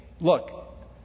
look